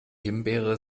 himbeere